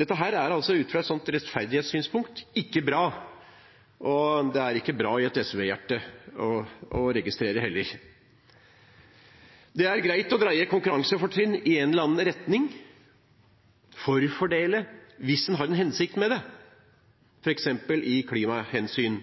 Dette er ut fra et rettferdighetssynspunkt ikke bra, og det er heller ikke bra for et SV-hjerte å registrere. Det er greit å dreie konkurransefortrinn i en eller annen retning og forfordele hvis en har en hensikt med det, f.eks. av klimahensyn.